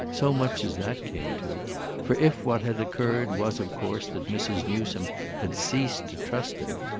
so much as that came to for if what had occurred was of course that mrs. newsome had ceased to trust him,